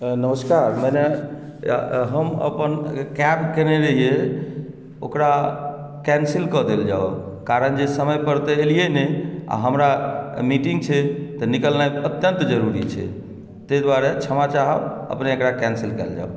नमस्कार मैने हम अपन कैब कयने रहियै ओकरा कैन्सिल कऽ देल जाउ कारण जे समय पर तऽ एलियै नहि आ हमरा मीटिङ्ग छै तऽ निकलनि अत्यन्त जरूरी छै ताहि दुआरे छमा चाहब अपने एकरा कैन्सल कऽ दिऔ